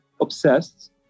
obsessed